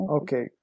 Okay